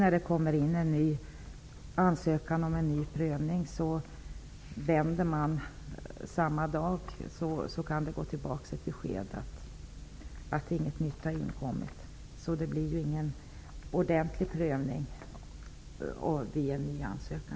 När det kommer in en ansökan om ny prövning kan det samma dag gå ett besked tillbaka att ingenting nytt har tillkommit. Det blir ingen ordentlig prövning vid en ny ansökan.